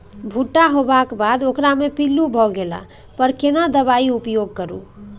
भूट्टा होबाक बाद ओकरा मे पील्लू भ गेला पर केना दबाई प्रयोग करू?